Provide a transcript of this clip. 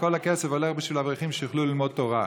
וכל הכסף הולך בשביל שאברכים יוכלו ללמוד תורה.